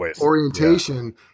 orientation